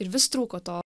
ir vis trūko to